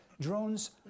drones